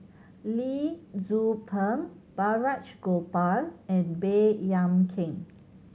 Lee Tzu Pheng Balraj Gopal and Baey Yam Keng